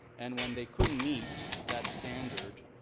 and when they couldn't meet that standard,